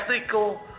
ethical